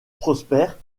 prospère